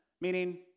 meaning